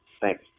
Thanks